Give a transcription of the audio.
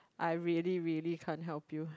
I really really can't help you